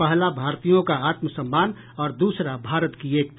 पहला भारतीयों का आत्म सम्मान और दूसरा भारत की एकता